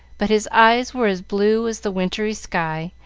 but his eyes were as blue as the wintry sky,